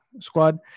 squad